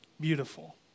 beautiful